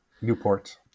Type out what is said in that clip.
Newport